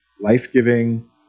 life-giving